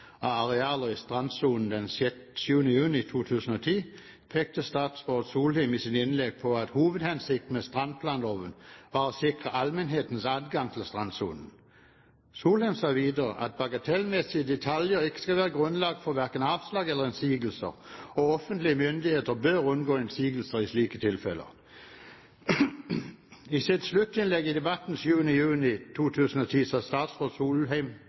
av arealer i strandsonen den 7. juni 2010, pekte statsråd Solheim i sine innlegg på at hovedhensikten med strandplanloven var å sikre allmennhetens adgang til strandsonen. Solheim sa videre at bagatellmessige detaljer ikke skal være grunnlag for verken avslag eller innsigelser, og offentlige myndigheter bør unngå innsigelser i slike tilfeller. I sitt sluttinnlegg i debatten 7. juni 2010 sa statsråd Solheim